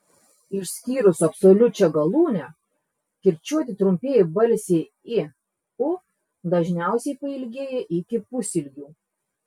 išskyrus absoliučią galūnę kirčiuoti trumpieji balsiai i u dažniausiai pailgėja iki pusilgių